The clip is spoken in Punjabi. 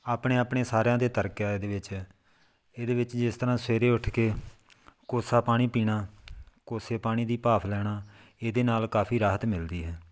ਆਪਣੇ ਆਪਣੇ ਸਾਰਿਆਂ ਦੇ ਤਰਕ ਆ ਇਹਦੇ ਵਿੱਚ ਇਹਦੇ ਵਿੱਚ ਜਿਸ ਤਰ੍ਹਾਂ ਸਵੇਰੇ ਉੱਠ ਕੇ ਕੋਸਾ ਪਾਣੀ ਪੀਣਾ ਕੋਸੇ ਪਾਣੀ ਦੀ ਭਾਫ਼ ਲੈਣਾ ਇਹਦੇ ਨਾਲ ਕਾਫ਼ੀ ਰਾਹਤ ਮਿਲਦੀ ਹੈ